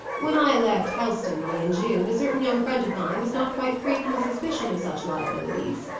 when i left helstonleigh in june, a certain young friend of mine was not quite free from a suspicion of such liabilities,